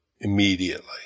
immediately